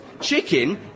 Chicken